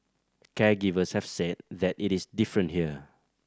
caregivers have said that it is different here